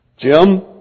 Jim